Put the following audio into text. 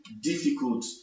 difficult